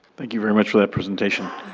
thank you very much for that presentation.